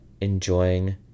enjoying